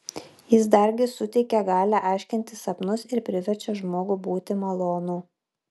jis dargi suteikia galią aiškinti sapnus ir priverčia žmogų būti malonų